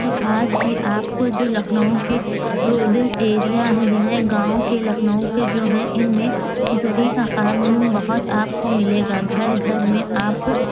تو آج بھی آپ کو جو لکھنؤ کے رودل ایریا ہیں گاؤں کے لکھنؤ کے جو ہیں ان میں زری کا کام بہت آپ کو ملے گا گھر گھر میں آپ کو